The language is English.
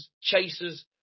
chasers